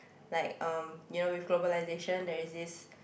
like um you know with globalization there is this